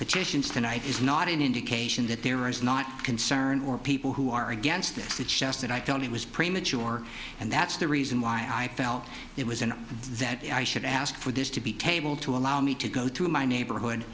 situations tonight is not an indication that there is not concern or people who are against this it's just that i county was premature and that's the reason why i felt it was and that i should ask for this to be table to allow me to go to my neighborhood